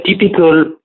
typical